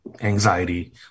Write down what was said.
anxiety